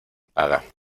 paga